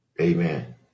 Amen